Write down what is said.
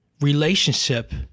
relationship